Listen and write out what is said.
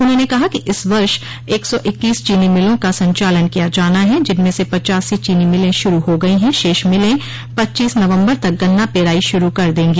उन्होंने कहा कि इस वर्ष एक सौ इक्कीस चीनी मिलों का संचालन किया जाना है जिनमें से पच्चासी चीनी मिले शुरू हो गई हैं शेष मिलें पच्चीस नवम्बर तक गन्ना पेराई शुरू कर देंगी